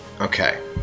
okay